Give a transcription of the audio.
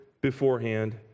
beforehand